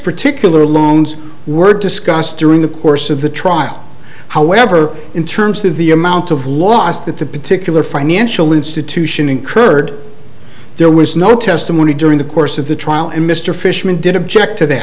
particular loans were discussed during the course of the trial however in terms of the amount of loss that the particular financial institution incurred there was no testimony during the course of the trial and mr fishman did object to th